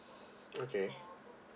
okay